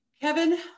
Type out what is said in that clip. Kevin